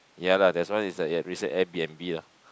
ya lah that's why is like it had recent Air B_N_B lah